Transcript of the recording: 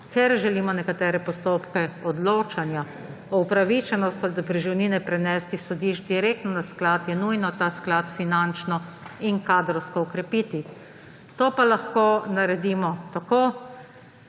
ker želimo nekatere postopke odločanja o upravičenosti do preživnine prenesti s sodišč direktno na sklad, je nujno ta sklad finančno in kadrovsko okrepiti. To pa lahko naredimo tako,